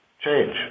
change